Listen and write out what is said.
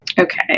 Okay